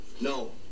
No